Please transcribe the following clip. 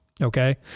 Okay